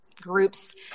groups